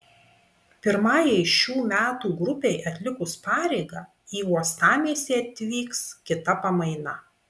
pirmajai šių metų grupei atlikus pareigą į uostamiestį atvyks kita pamaina